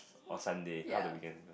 or Sunday half of the weekends